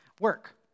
work